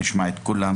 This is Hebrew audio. הוועדה.